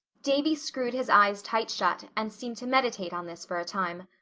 davy screwed his eyes tight shut and seemed to meditate on this for a time.